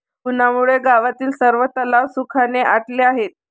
उन्हामुळे गावातील सर्व तलाव सुखाने आटले आहेत